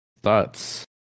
thoughts